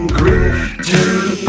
grifting